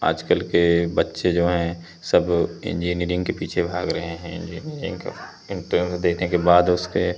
आजकल के बच्चे जो हैं सब इंजीनिरिंग के पीछे भाग रहे हैं इंजीनिरिंग के इंटरव्यू देने के बाद उसके